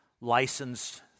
licensed